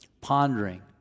pondering